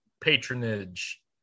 patronage